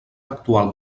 actual